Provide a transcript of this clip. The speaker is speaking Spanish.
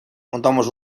montamos